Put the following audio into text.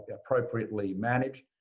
appropriately managed.